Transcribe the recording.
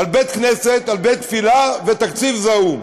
על בית-כנסת, על בית-תפילה ותקציב זעום.